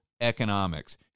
economics